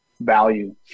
value